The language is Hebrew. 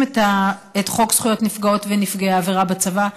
את חוק זכויות נפגעות ונפגעי עבירה בצבא במלואו.